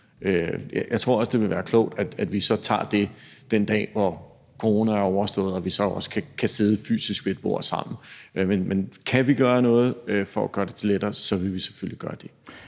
Jeg tror også, det vil være klogt, at vi så tager det den dag, hvor corona er overstået og vi så også fysisk kan sidde sammen ved et bord. Men kan vi gøre noget for at gøre det lettere, vil vi selvfølgelig gøre det.